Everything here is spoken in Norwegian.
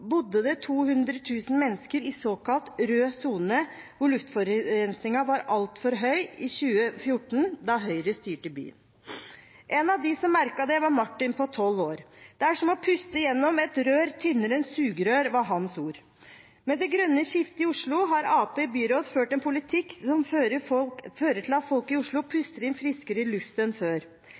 bodde det i 2014, da Høyre styrte byen, 200 000 mennesker i såkalt rød sone, hvor luftforurensingen var altfor høy. En av dem som merket det, var Martin på tolv år. «Det er som å puste gjennom et rør tynnere enn et sugerør,» var hans ord. Med det grønne skiftet i Oslo har Arbeiderpartiet i byråd ført en politikk som fører til at folk i Oslo puster inn friskere luft enn før.